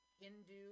Hindu